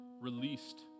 released